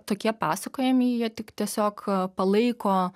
tokie pasakojami jie tik tiesiog palaiko